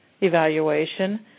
evaluation